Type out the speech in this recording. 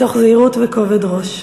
מתוך זהירות וכובד ראש.